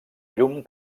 llum